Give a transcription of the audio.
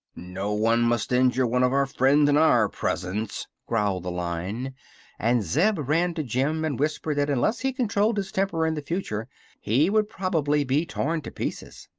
no one must injure one of our friends in our presence, growled the lion and zeb ran to jim and whispered that unless he controlled his temper in the future he would probably be torn to pieces.